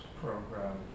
program